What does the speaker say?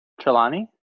Trelawney